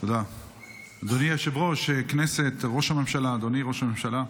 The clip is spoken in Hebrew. אדוני היושב-ראש, כנסת, אדוני ראש הממשלה,